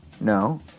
No